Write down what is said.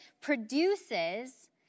produces